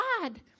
God